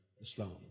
Islam